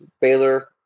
Baylor